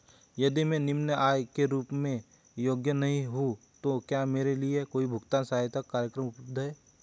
यदि मैं निम्न आय के रूप में योग्य नहीं हूँ तो क्या मेरे लिए कोई भुगतान सहायता कार्यक्रम उपलब्ध है?